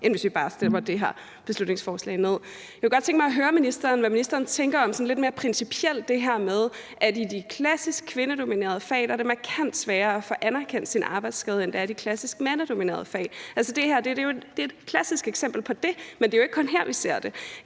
end hvis vi bare stemmer det her beslutningsforslag ned. Jeg kunne godt tænke mig at høre ministeren, hvad ministeren lidt mere principielt tænker om det her med, at det i de klassisk kvindedominerede fag er markant sværere at få anerkendt sin arbejdsskade, end det er i de klassisk mandsdominerede fag. Det her er jo et klassisk eksempel på det, men det er jo ikke kun her, vi ser det.